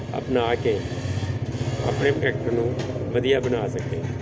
ਅਪਣਾ ਕੇ ਆਪਣੇ ਕਰੈਕਟਰ ਨੂੰ ਵਧੀਆ ਬਣਾ ਸਕੇ